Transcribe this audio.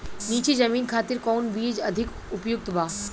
नीची जमीन खातिर कौन बीज अधिक उपयुक्त बा?